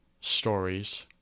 stories